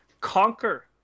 conquer